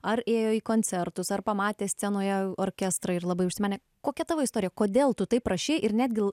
ar ėjo į koncertus ar pamatė scenoje orkestrą ir labai užsimanė kokia tavo istorija kodėl tu taip prašei ir netgi